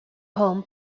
home